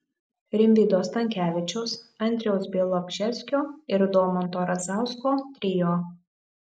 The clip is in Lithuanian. rimvydo stankevičiaus andriaus bialobžeskio ir domanto razausko trio